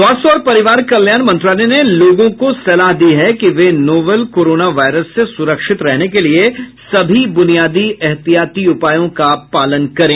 स्वास्थ्य और परिवार कल्याण मंत्रालय ने लोगों को सलाह दी है कि वे नोवल कोरोना वायरस से सुरक्षित रहने के लिए सभी बुनियादी एहतियाती उपायों का पालन करें